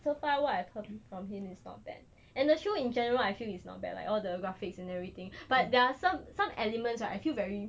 so far what I've heard from him is not bad and the show in general I feel it's not bad like all the graphics and everything but there are some some elements right I feel very